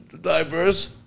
diverse